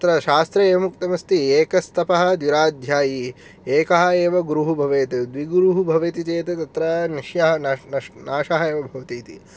तत्र शास्त्रे एवमुक्तमस्ति एकस्तपः द्विराध्यायी एकः एव गुरुः भवेत् द्विगुरुः भवति चेत् तत्र नष्याः नष् नाशः एव भवतीति